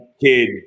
kid